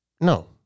no